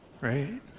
right